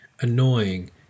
annoying